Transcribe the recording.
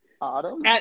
Autumn